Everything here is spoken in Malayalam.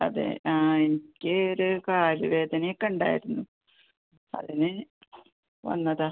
അതെ ആ എനിക്കൊരു കാലുവേദന ഒക്കെ ഉണ്ടായിരുന്നു അതിന് വന്നതാണ്